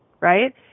right